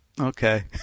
Okay